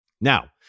Now